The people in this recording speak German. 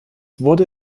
wurde